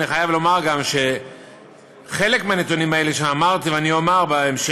אני חייב לומר גם שחלק מהנתונים האלה שאמרתי ואני אומר בהמשך,